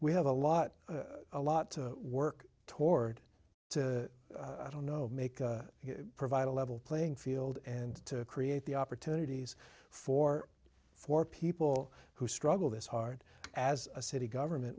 we have a lot a lot to work toward to i don't know make provide a level playing field and to create the opportunities for for people who struggle this hard as a city government